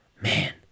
Man